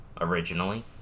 originally